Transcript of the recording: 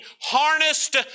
harnessed